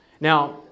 Now